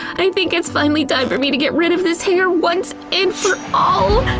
i think it's finally time for me to get rid of this hair once and for all.